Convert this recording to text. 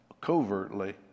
covertly